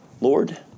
Lord